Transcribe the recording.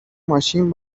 ماشین